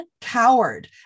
coward